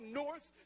north